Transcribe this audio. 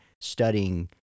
studying